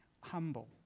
humble